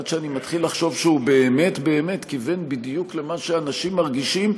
עד שאני מתחיל לחשוב שהוא באמת כיוון בדיוק למה שאנשים מרגישים,